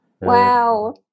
Wow